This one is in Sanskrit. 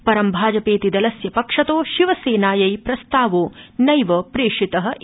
परं भाजपेति दलस्य पक्षतो शिवसेनायै प्रस्तावो नैव प्रेषित इति